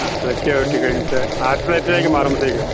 ആ ക്ലച്ച് ചവിട്ടി കഴിഞ്ഞിട്ട് ആക്സിലേറ്ററിലേക്ക് മാറുമ്പോഴ്ത്തേക്കും